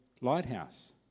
lighthouse